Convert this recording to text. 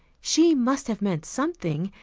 she must have meant something.